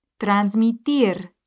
Transmitir